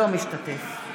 אינו משתתף בהצבעה